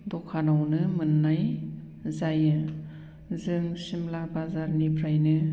दखानावनो मोननाय जायो जों सिमला बाजारनिफ्रायनो